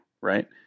right